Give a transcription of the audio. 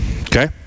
okay